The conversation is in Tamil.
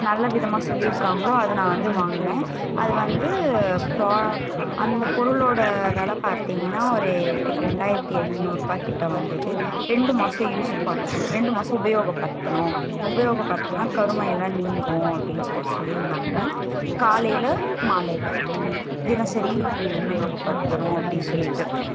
நல்ல விதமாக சொல்லியிருக்காங்களோ அதை நான் வந்து வாங்கினேன் அதை வந்து ப்ரா அந்த பொருளோட வில பார்த்தீங்கன்னா ஒரு ரெண்டாயிரத்தி எட்நூறுபாய் கிட்ட வந்தது ரெண்டு மாசம் யூஸ் பா ரெண்டு மாதம் உபயோகப்படுத்துனோம் உபயோகபடுத்துனால் கருமை எல்லாம் நீங்கும் அப்படின்னு சொல்லிட்டு சொல்லியிருந்தாங்க காலையில் மாலையில் தினசரி உபயோகப்படுத்தணும் அப்படி சொல்லிட்டு